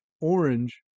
orange